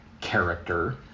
character